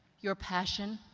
your passion,